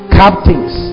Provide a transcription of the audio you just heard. captains